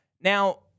now